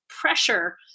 pressure